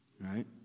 right